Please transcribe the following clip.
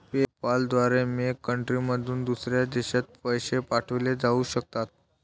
PayPal द्वारे मेक कंट्रीमधून दुसऱ्या देशात पैसे पाठवले जाऊ शकतात